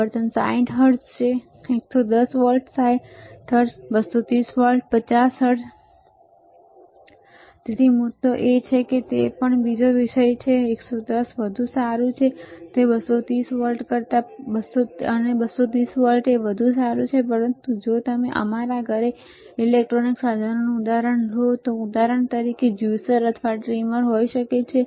આવર્તન 60 હર્ટ્ઝ છે 110 volt 60 hertz 230 volt 50 hertz તેથી મુદ્દો એ છે કે તે પણ બીજો વિષય છે કે જે 110 વધુ સારું છે તે 230 વોલ્ટ વધુ સારું છે પરંતુ જો તમે અમારા ઘરે ઈલેક્ટ્રોનિક સાધનોનું ઉદાહરણ લો ઉદાહરણ તરીકે જ્યુસર અથવા ટ્રીમર તો તે હોઈ શકે છે